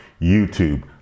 youtube